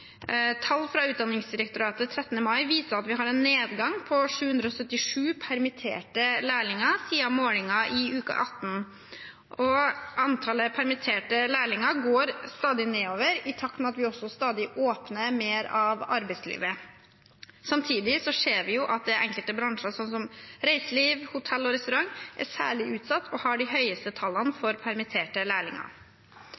Tall fra Utdanningsdirektoratet 13. mai viser at vi har en nedgang på 777 permitterte lærlinger siden målingen i uke 18. Antallet permitterte lærlinger går stadig nedover i takt med at vi også stadig åpner mer av arbeidslivet. Samtidig ser vi at det er enkelte bransjer, som f.eks. reiseliv, hotell og restaurant, som er særlig utsatt og har de høyeste tallene